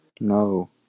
No